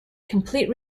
complete